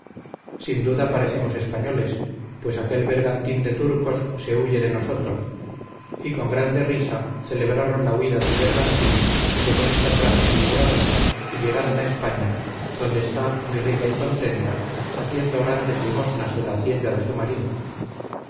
sin duda parecemos españoles pues aquel bergantín de turcos se huye de nosotros y con grande risa celebraron la huida del bergantín que con esta traza se libraron y llegaron a españa donde está muy rica y contenta haciendo grandes limosnas de la hacienda de su marido